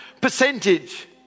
percentage